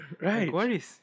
Right